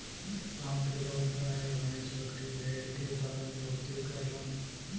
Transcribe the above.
गांव के लोग गाय भैस, बकरी भेड़ के पालन बहुते करलन